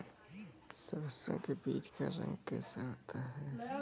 सरसों के बीज का रंग कैसा होता है?